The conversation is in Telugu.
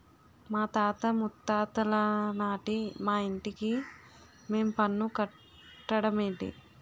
మాతాత ముత్తాతలనాటి మా ఇంటికి మేం పన్ను కట్టడ మేటి